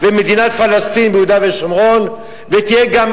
מדינת פלסטין ביהודה ושומרון ותהיה גם